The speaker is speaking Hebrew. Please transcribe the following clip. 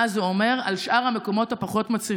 מה זה אומר על שאר המקומות הפחות-מצליחים?